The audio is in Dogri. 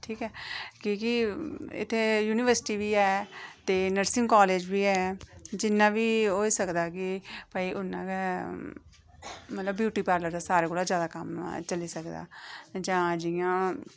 क्योंकि इत्थै युनिवर्सिटी बी ऐ ते नर्सिंग कॉलेज बी ऐ जिन्ना बी होई सकदा कि भाई उन्ना गै मतलब ब्यूटी पार्लर दा सारें कोला जैदा कम्म चली सकदा जां जि'यां